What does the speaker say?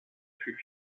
fut